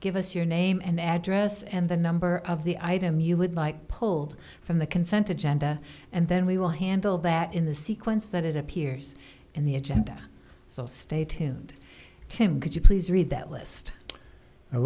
give us your name and address and the number of the item you would like pulled from the consented genda and then we will handle that in the sequence that it appears in the agenda so stay tuned to him could you please read that list